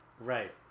right